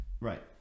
right